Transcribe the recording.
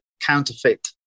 counterfeit